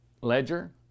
ledger